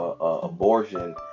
abortion